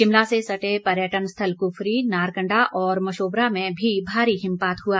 शिमला से सटे पर्यटन स्थल कुफरी नारकण्डा और मशोबरा में भी भारी हिमपात हुआ